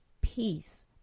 peace